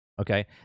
okay